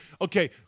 okay